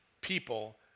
people